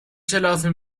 کلافه